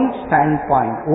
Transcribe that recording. standpoint